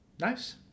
Nice